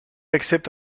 accepte